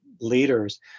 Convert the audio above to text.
leaders